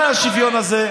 בוודאי השוויון הזה,